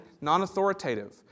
non-authoritative